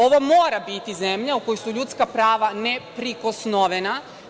Ovo mora biti zemlja u kojoj su ljudska prava neprikosnovena.